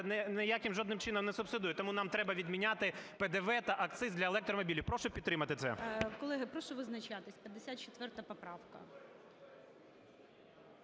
ніяким жодним чином не субсидує. Тому нам треба відміняти ПДВ та акциз для електромобілів. Прошу підтримати це. ГОЛОВУЮЧИЙ. Колеги, прошу визначатися, 54 поправка.